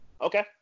Okay